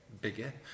bigger